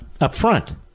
upfront